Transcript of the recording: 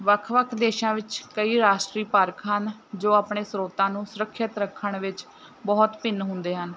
ਵੱਖ ਵੱਖ ਦੇਸ਼ਾਂ ਵਿੱਚ ਕਈ ਰਾਸ਼ਟਰੀ ਪਾਰਕ ਹਨ ਜੋ ਆਪਣੇ ਸ੍ਰੋਤਾਂ ਨੂੰ ਸੁਰੱਖਿਅਤ ਰੱਖਣ ਵਿੱਚ ਬਹੁਤ ਭਿੰਨ ਹੁੰਦੇ ਹਨ